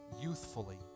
youthfully